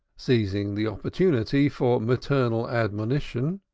seizing the opportunity for maternal admonition.